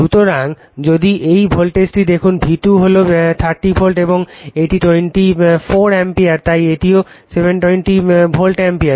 সুতরাং যদি এই ভোল্টেজটি দেখুন V2 হল 30 ভোল্ট এবং এটি 24 অ্যাম্পিয়ার তাই এটিও 720 ভোল্ট অ্যাম্পিয়ার